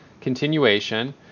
Continuation